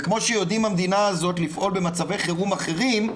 וכמו שיודעים במדינה הזאת לפעול במצבי חירום אחרים,